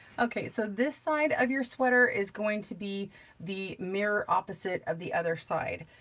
okay, so this side of your sweater is going to be the mirror opposite of the other side.